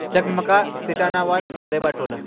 چکمکا سیٹاناواد بریبا ٹولہ